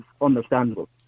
understandable